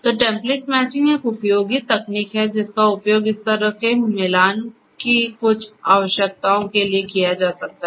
तो template matching एक उपयोगी तकनीक है जिसका उपयोग इस तरह के मिलान की कुछ आवश्यकताओं के लिए किया जा सकता है